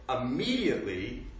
immediately